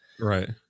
Right